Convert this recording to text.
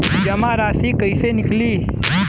जमा राशि कइसे निकली?